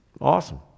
awesome